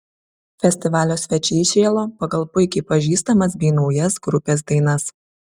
festivalio svečiai šėlo pagal puikiai pažįstamas bei naujas grupės dainas